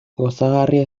gozagarria